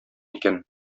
икән